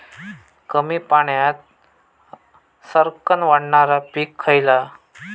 कमी पाण्यात सरक्कन वाढणारा पीक खयला?